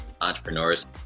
entrepreneurs